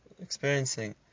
experiencing